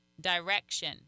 direction